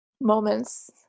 moments